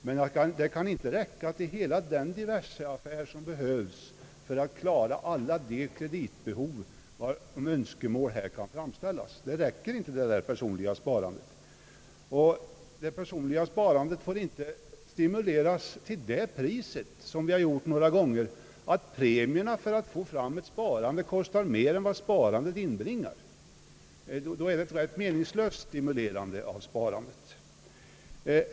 Men det personliga sparandet kan inte räcka till hela den diverseaffär som behövs för att klara alla de kreditbehov varom önskemål kan framställas. Det personliga sparandet får inte stimuleras till det priset, som skett några gånger, att premierna för att få till stånd sparandet kostar mera än vad sparandet inbringar. Då är det ett rätt meningslöst stimulerande av sparandet.